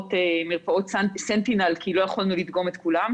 מרפאות סנטינל, כי לא יכולנו לדגום את כולם.